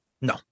No